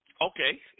Okay